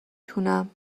تونم